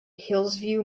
hillsview